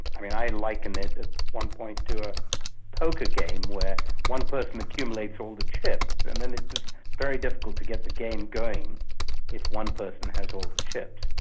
i liken it at some point to a poker game where one person accumulates all the chips, and then it's very difficult to get the game going if one person has all the chips.